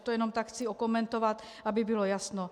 To jen chci okomentovat, aby bylo jasno.